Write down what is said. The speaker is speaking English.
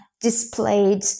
displayed